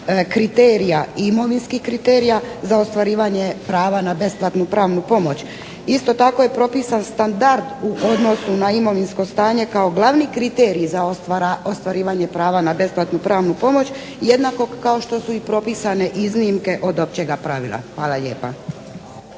kriterija, imovinskih kriterija za ostvarivanje prava na besplatnu pravnu pomoć. Isto tako je propisan standard u odnosu na imovinsko stanje kao glavni kriterij za ostvarivanje prava na besplatnu pravnu pomoć, jednako kao što su i propisane iznimke od općega pravila. Hvala lijepa.